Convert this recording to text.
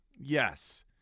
yes